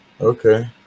okay